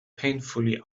painfully